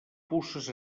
puces